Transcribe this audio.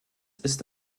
ist